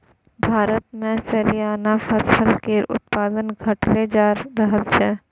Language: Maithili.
भारतमे सलियाना फसल केर उत्पादन घटले जा रहल छै